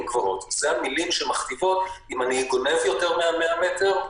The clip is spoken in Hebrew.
גבוהות אלה המילים שמכתיבות אם אני גונב יותר מה-100 מטר,